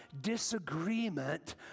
disagreement